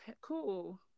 cool